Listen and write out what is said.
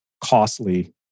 costly